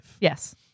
Yes